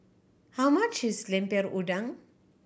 how much is Lemper Udang